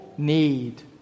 need